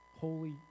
holy